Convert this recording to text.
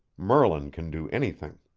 merlin can do anything.